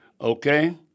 Okay